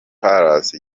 palace